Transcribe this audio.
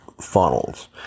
funnels